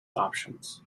options